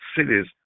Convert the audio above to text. cities